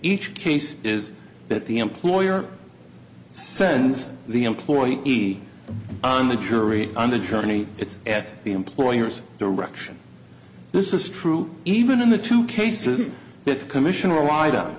each case is that the employer sends the employee easy on the jury on the journey it's at the employer's direction this is true even in the two cases that commissioner lied